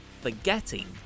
Forgetting